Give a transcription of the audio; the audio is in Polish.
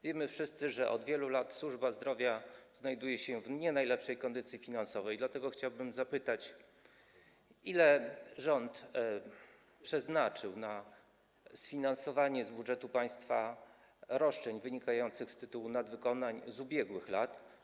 Wiemy wszyscy, że od wielu lat służba zdrowia znajduje się w nie najlepszej kondycji finansowej, dlatego chciałbym zapytać: Ile rząd przeznaczył na sfinansowanie z budżetu państwa roszczeń wynikających z tytułu nadwykonań z ubiegłych lat?